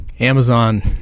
Amazon